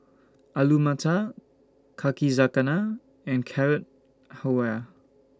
Alu Matar Kakizakana and Carrot Halwa